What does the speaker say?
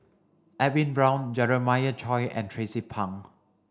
Edwin Brown Jeremiah Choy and Tracie Pang